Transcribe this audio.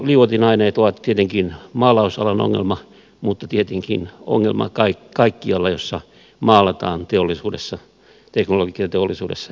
liuotinaineet ovat tietenkin maalausalan ongelma mutta tietenkin ne ovat ongelma myös kaikkialla missä maalataan teollisuudessa teknologiateollisuudessa erityisesti